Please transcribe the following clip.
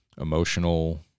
emotional